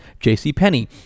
JCPenney